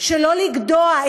שלא לגדוע,